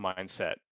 mindset